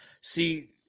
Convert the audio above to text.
See